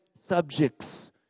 subjects